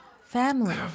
family